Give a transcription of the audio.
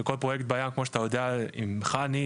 וכל פרויקט בים כמו שאתה יודע עם חנ"י,